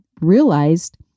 realized